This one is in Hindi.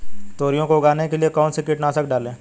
तोरियां को उगाने के लिये कौन सी कीटनाशक डालें?